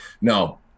No